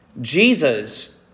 Jesus